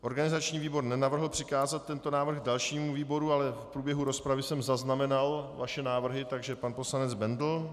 Organizační výbor nenavrhl přikázat tento návrh dalšímu výboru, ale v průběhu rozpravy jsem zaznamenal vaše návrhy, takže pan poslanec Bendl.